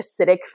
acidic